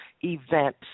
event